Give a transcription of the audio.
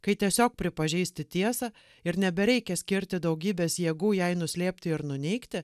kai tiesiog pripažįsti tiesą ir nebereikia skirti daugybės jėgų jai nuslėpti ar nuneigti